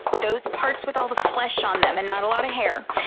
those parts with all the flesh on them and not a lot of hair,